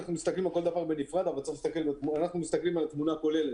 מסתכלים על כל דבר בנפרד אבל אנחנו מסתכלים על התמונה כוללת.